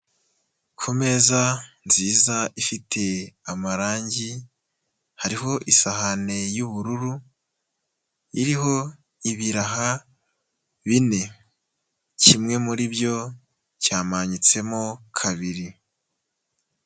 Ku meza nziza ifite amarangi, hariho isahani y'ubururu, iriho ibiraha bine. Kimwe muri byo cyamanyutsemo kabiri.